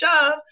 shove